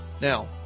Now